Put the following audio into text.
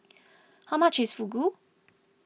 how much is Fugu